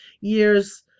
years